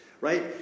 right